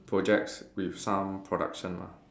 projects with some production lah